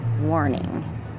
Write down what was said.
Warning